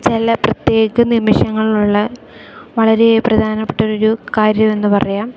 ചില പ്രത്യേക നിമിഷങ്ങളുള്ള വളരെ പ്രധാനപ്പെട്ട ഒരു കാര്യം എന്നു പറയാം